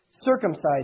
circumcised